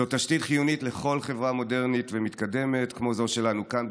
זאת תשתית חיונית לכל חברה מודרנית ומתקדמת כמו זו שלנו כאן,